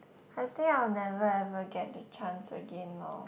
I think I'll never ever get the chance again lor